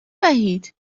وحید